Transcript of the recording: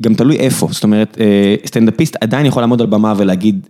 גם תלוי איפה, זאת אומרת, סטנדאפיסט עדיין יכול לעמוד על במה ולהגיד.